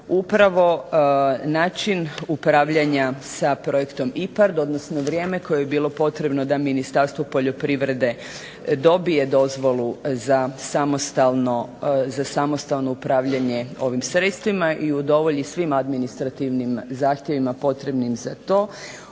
Upravo način upravljanja sa projektom IPARD, odnosno vrijeme koje je bilo potrebno da Ministarstvo poljoprivrede dobije dozvolu za samostalno upravljanje ovim sredstvima i udovolji svim administrativnim zahtjevima potrebnim za to